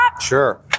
Sure